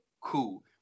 Cool